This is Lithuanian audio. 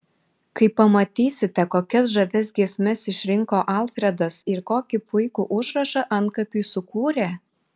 kai pamatysite kokias žavias giesmes išrinko alfredas ir kokį puikų užrašą antkapiui sukūrė